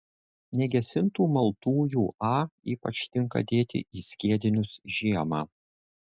negesintų maltųjų a ypač tinka dėti į skiedinius žiemą